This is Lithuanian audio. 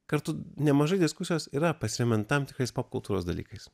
kartu nemažai diskusijos yra pasiremiant tam tikrais popkultūros dalykais